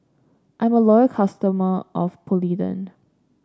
I'm a loyal customer of Polident